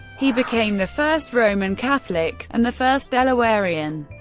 he became the first roman catholic, and the first delawarean,